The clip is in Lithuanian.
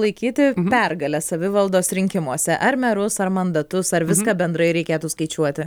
laikyti pergale savivaldos rinkimuose ar merus ar mandatus ar viską bendrai reikėtų skaičiuoti